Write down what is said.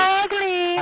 ugly